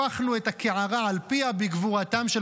הפכנו את הקערה על פיה בגבורתם של